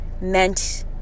meant